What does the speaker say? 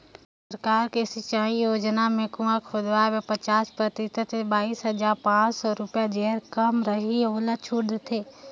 सरकार के सिंचई योजना म कुंआ खोदवाए बर पचास परतिसत य बाइस हजार पाँच सौ रुपिया जेहर कम रहि ओला छूट देथे